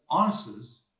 answers